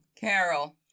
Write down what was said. Carol